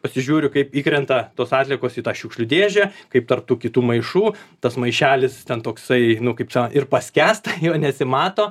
pasižiūriu kaip įkrenta tos atliekos į tą šiukšlių dėžę kaip tarp tų kitų maišų tas maišelis ten toksai nu kaip ir paskęsta jo nesimato